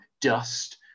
dust